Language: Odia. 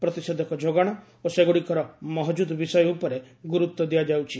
ପ୍ରତିଷେଧକ ଯୋଗାଣ ଓ ସେଗୁଡ଼ିକର ମହକୁଦ ବିଷୟ ଉପରେ ଗୁରୁତ୍ୱ ଦିଆଯାଉଛି